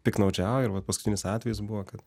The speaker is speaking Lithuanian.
piktnaudžiauja ir vat paskutinis atvejis buvo kad